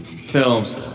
Films